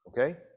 Okay